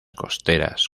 costeras